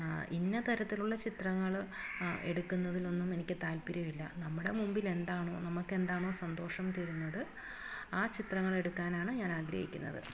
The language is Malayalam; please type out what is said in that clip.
ഇന്ന തരത്തിലുള്ള ചിത്രങ്ങൾ എടുക്കുന്നതിലൊന്നും എനിക്ക് താല്പര്യമില്ല നമ്മുടെ മുമ്പിലെന്താണോ നമുക്കെന്താണോ സന്തോഷം തരുന്നത് ആ ചിത്രങ്ങളെടുക്കാനാണ് ഞാൻ ആഗ്രഹിക്കുന്നത്